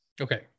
Okay